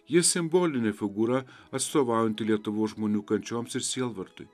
jis simbolinė figūra atstovaujanti lietuvos žmonių kančioms ir sielvartui